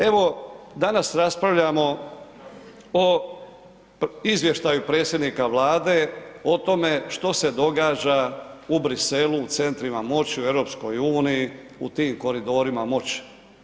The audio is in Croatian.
Evo, danas raspravljamo o izvještaju predsjednika Vlade, o tome što se događa u Briselu, u centrima moći u EU, u tim koridorima moći.